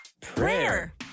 Prayer